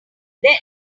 there